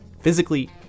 physically